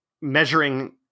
measuring